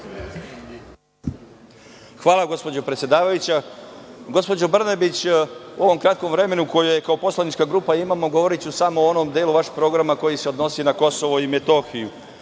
Hvala, gospođo predsedavajuća. Gospođo Brnabić, u ovom kratkom vremenu koje kao poslanička grupa imamo, govoriću samo o onom delu vašeg programa koji se odnosi na Kosovo i Metohiju.